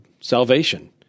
salvation